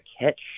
catch